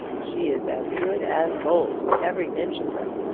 she is as good as gold, every inch of her.